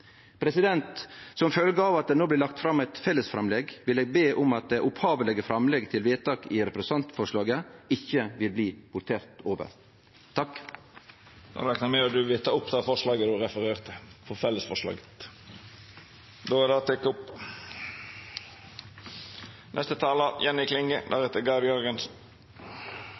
Som følgje av at det no blir lagt fram eit fellesframlegg, vil eg be om at det opphavelege framlegget til vedtak i representantforslaget ikkje blir votert over. Eg reknar med at representanten vil ta opp fellesforslaget? Ja, det vil eg. Representanten Olve Grotle har teke opp det forslaget han refererte til.